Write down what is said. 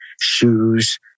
Shoes